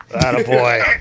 boy